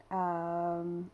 um